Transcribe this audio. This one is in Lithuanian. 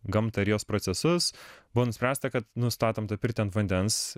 gamtą ir jos procesus buvo nuspręsta kad nu statom tą pirtį ant vandens